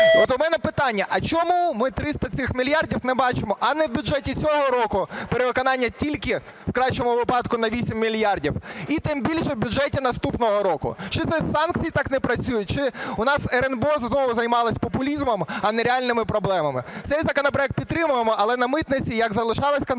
От у мене питання. А чому ми 300 цих мільярдів не бачимо ані у бюджету цього року (перевиконання тільки, в кращому випадку, на 8 мільярдів), і тим більше у бюджеті наступного року? Чи це санкції так не працюють, чи у нас РНБО знову займалося популізмом, а не реальними проблемами? Цей законопроект підтримуємо, але на митниці, як залишалася контрабанда,